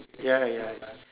ya ya ya